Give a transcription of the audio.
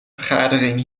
vergadering